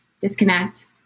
disconnect